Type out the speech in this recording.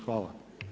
Hvala.